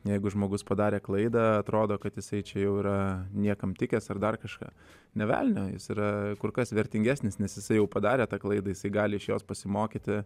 jeigu žmogus padarė klaidą atrodo kad jisai čia jau yra niekam tikęs ar dar kažką nė velnio jis yra kur kas vertingesnis nes jisai jau padarė tą klaidą jisai gali iš jos pasimokyti